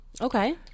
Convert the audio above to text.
Okay